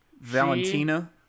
Valentina